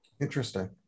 interesting